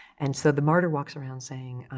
and so the martyr walks around saying,